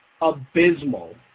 abysmal